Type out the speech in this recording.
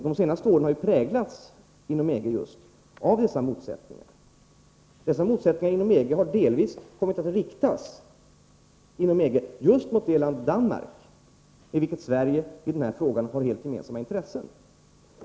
De senaste åren har präglats av dessa motsättningar inom EG, som delvis kommit att gälla just det land, Danmark, med vilket Sverige i denna fråga har helt gemensamma intressen.